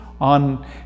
on